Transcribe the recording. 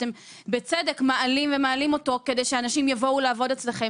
שאתם בצדק מעלים כדי שאנשים יבואו לעבוד אצלכם.